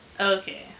okay